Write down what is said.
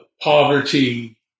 Poverty